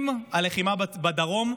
עם הלחימה בדרום,